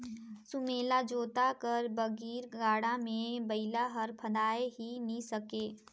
सुमेला जोता कर बिगर गाड़ा मे बइला हर फदाए ही नी सके